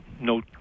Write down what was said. no